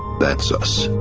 that's us.